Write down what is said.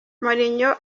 mourinho